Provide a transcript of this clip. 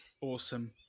Awesome